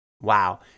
wow